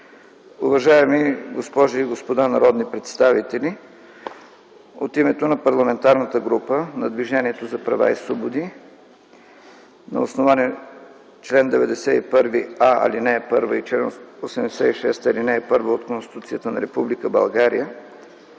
Уважаеми госпожи и господа народни представители, от името на Парламентарната група на Движението за права и свободи на основание чл. 91а, ал. 1 и чл. 86, ал. 1 от Конституцията на Република България